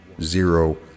zero